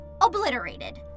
obliterated